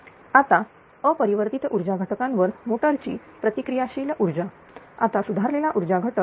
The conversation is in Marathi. आता अपरिवर्तीत ऊर्जा घटकांवर मोटरची प्रतिक्रिया शील ऊर्जा आता सुधारलेला ऊर्जा घटक हा 0